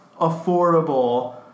affordable